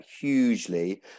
hugely